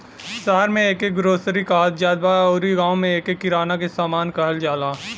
शहर में एके ग्रोसरी कहत जात बा अउरी गांव में एके किराना के सामान कहल जाला